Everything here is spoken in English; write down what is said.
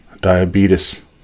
diabetes